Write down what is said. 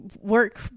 work